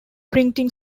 printing